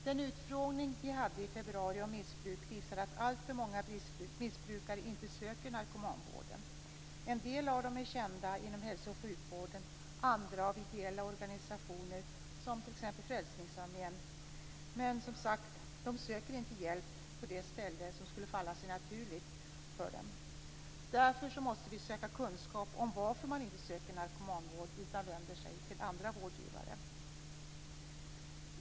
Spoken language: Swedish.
Den utfrågning vi hade i februari om missbruk visade att alltför många missbrukare inte söker narkomanvården. En del av dessa är kända inom hälso och sjukvården, andra av ideella organisationer som t.ex. Frälsningsarmén. Men, som sagt, de söker inte hjälp på det ställe som skulle falla sig naturligt för dem. Därför måste vi söka kunskap om varför man inte söker narkomanvård utan vänder sig till andra vårdgivare.